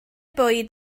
bwyd